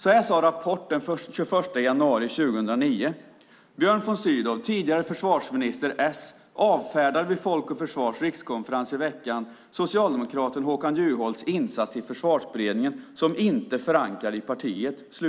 Så här sade man i Rapport den 21 januari 2009: Björn von Sydow, tidigare försvarsminister, s, avfärdade vid Folk och Försvars rikskonferens i veckan socialdemokraten Håkan Juholts insats i Försvarsberedningen som inte förankrad i partiet.